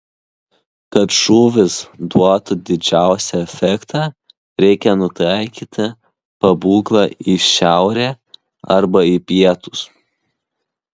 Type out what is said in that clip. kad šūvis duotų didžiausią efektą reikia nutaikyti pabūklą į šiaurę arba į pietus